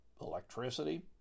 electricity